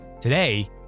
Today